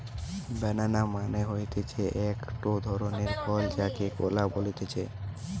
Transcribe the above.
বানানা মানে হতিছে একটো ধরণের ফল যাকে কলা বলতিছে